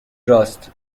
راست